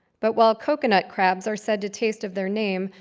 but while coconut crabs are said to taste of their name,